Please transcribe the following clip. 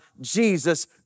Jesus